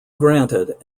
granted